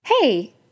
Hey